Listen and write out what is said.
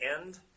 end